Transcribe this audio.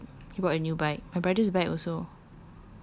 talk about ariq he got a new bike her brother's bike also